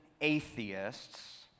atheists